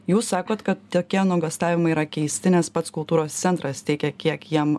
jūs sakot kad tokie nuogąstavimai yra keisti nes pats kultūros centras teikia kiek jam